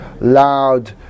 loud